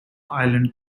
island